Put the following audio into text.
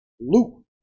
Luke